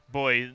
boy